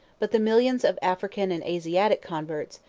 but the millions of african and asiatic converts,